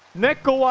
neko, ah